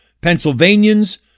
Pennsylvanians